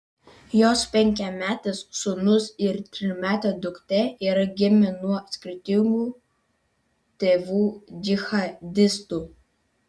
jos penkiametis sūnus ir trimetė duktė yra gimę nuo skirtingų tėvų džihadistų